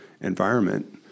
environment